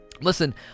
listen